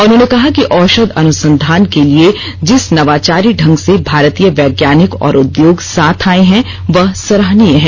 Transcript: उन्होंने कहा कि औषध अनुसंधान के लिए जिस नवाचारी ढंग से भारतीय वैज्ञानिक और उद्योग साथ आये हैं वह सराहनीय है